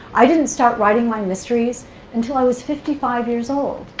i didn't start writing my mysteries until i was fifty five years old.